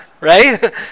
right